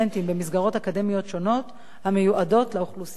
אקדמיות שונות המיועדות לאוכלוסייה החרדית,